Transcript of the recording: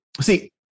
see